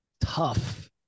tough